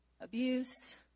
abuse